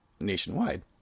nationwide